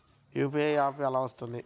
UPI app ఎలా వస్తుంది?